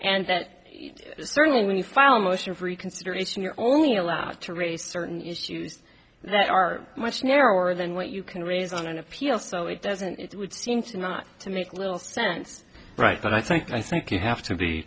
and that certainly when you file a motion of reconsideration you're only allowed to raise certain issues that are much narrower than what you can raise on appeal so it doesn't it would seem to not to make little sense right but i think i think you have to be